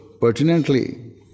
pertinently